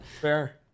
Fair